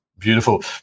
beautiful